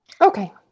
Okay